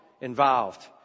involved